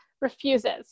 refuses